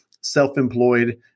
self-employed